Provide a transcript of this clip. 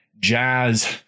jazz